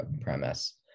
Premise